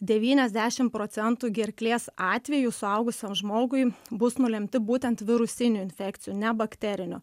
devyniasdešim procentų gerklės atvejų suaugusiam žmogui bus nulemti būtent virusinių infekcijų ne bakterinių